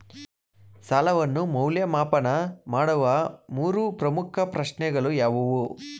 ಸಾಲವನ್ನು ಮೌಲ್ಯಮಾಪನ ಮಾಡುವ ಮೂರು ಪ್ರಮುಖ ಪ್ರಶ್ನೆಗಳು ಯಾವುವು?